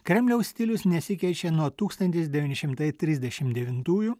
kremliaus stilius nesikeičia nuo tūkstantis devyni šimtai trisdešimt devintųjų